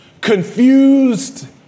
confused